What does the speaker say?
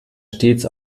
stets